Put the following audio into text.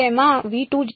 તેમાં 0 છે